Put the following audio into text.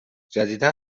جدیدا